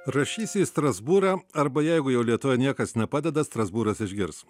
rašysiu į strasbūrą arba jeigu jau lietuvoje niekas nepadeda strasbūras išgirs